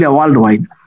worldwide